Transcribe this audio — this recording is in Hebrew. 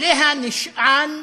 ועליה נשען